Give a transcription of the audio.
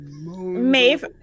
Maeve